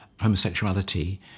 homosexuality